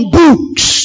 books